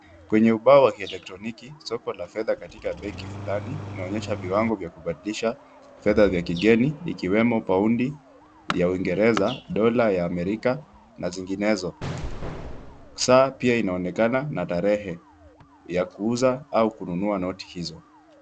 Kwenye ubao wa elektroniki soko, la fedha katika benki fulani inaonyesha viwango vya kubadilisha fedha fedha vya kigeni ikiwemo paundi ya uingereza, dola ya amerika na zinginezo. Saa pia inaonekana na tarehe ya kuuza au kununua noti hizo.